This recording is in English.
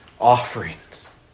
offerings